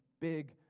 big